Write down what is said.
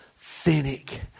authentic